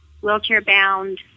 wheelchair-bound